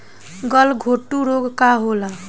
गलघोटू रोग का होला?